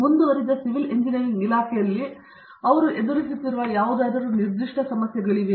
ಮುಂದುವರಿದ civil engineering ಇಲಾಖೆಯಲ್ಲಿ ಅವರು ಎದುರಿಸುತ್ತಿರುವ ಈ ನಿರ್ದಿಷ್ಟ ಸಮಸ್ಯೆಗಳಿವೆ